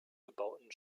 gebauten